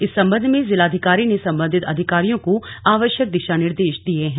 इस संबंध में जिलाधिकारी ने संबंधित अधिकारियों को आवश्यक दिशा निर्देश दिए हैं